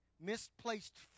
Misplaced